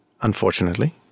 unfortunately